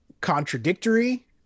contradictory